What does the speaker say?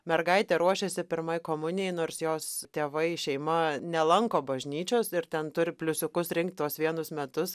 mergaitė ruošėsi pirmai komunijai nors jos tėvai šeima nelanko bažnyčios ir ten turi pliusiukus rinkt tuos vienus metus